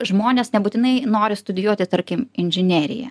žmonės nebūtinai nori studijuoti tarkim inžineriją